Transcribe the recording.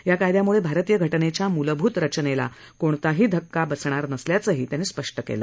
या कायद्यामुळे आरतीय घटनेच्या मुलभूत रचनेला कोणताही धक्का बसणार नसल्याचंही त्यांनी स्पष्ट केलं